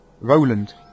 Roland